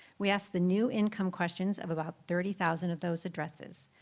we asked the new income questions of about thirty thousand of those addresses.